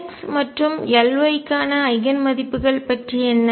Lx மற்றும் Ly க்கான eigen மதிப்புகள் பற்றி என்ன